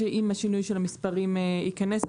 אם השינוי של המספרים ייכנס,